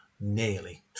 nearly